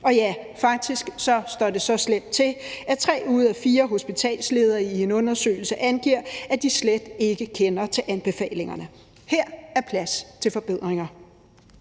Og ja, faktisk står det så slemt til, at tre ud af fire hospitalsledere i en undersøgelse angiver, at de slet ikke kender til anbefalingerne. Her er plads til forbedring.